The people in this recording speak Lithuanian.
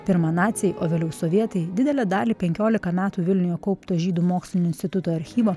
pirma naciai o vėliau sovietai didelę dalį penkiolika metų vilniuje kaupto žydų mokslinio instituto archyvo